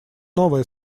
новое